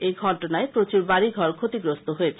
এই ঘটনায় প্রচুর বাড়িঘর ক্ষতিগ্রস্ত হয়েছে